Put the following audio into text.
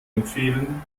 empfehlen